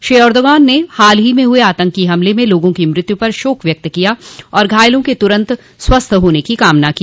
Shri Erdogan ने हाल में हुए आतंकी हमलों में लोगों की मृत्यू पर शोक व्यक्त किया और घायलों के तुरंत स्वस्थ होने की कामना की